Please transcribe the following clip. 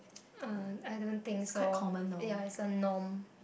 uh I don't think so ya it's a norm